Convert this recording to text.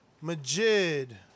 Majid